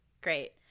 Great